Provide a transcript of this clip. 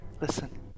listen